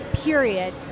period